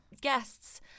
guests